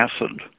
acid